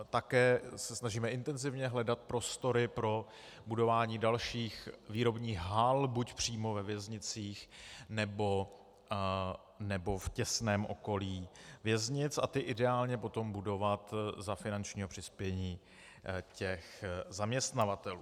Také se snažíme intenzivně hledat prostory pro budování dalších výrobních hal buď přímo ve věznicích, nebo v těsném okolí věznic, a ty ideálně potom budovat za finančního přispění těch zaměstnavatelů.